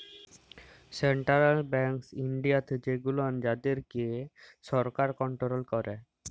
central banks ইনডিয়াতে সেগুলান যাদেরকে সরকার কনটোরোল ক্যারে